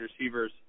receivers